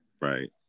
Right